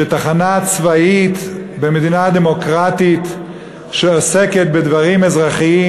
שתחנה צבאית במדינה דמוקרטית שעוסקת בדברים אזרחיים,